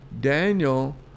Daniel